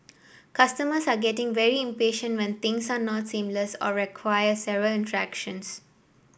customers are getting very impatient when things are not seamless or require several interactions